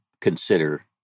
consider